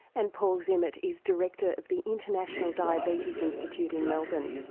and paul zimmet is director of the international diabetes institute in melbourne.